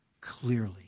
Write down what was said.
clearly